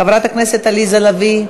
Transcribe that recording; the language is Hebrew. חברת הכנסת עליזה לביא,